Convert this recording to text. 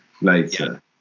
later